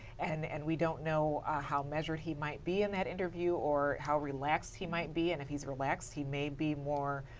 and and we don't know how measured he might be in the interview or how relaxed he might be and if he is relaxed, he may be more